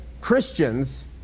Christians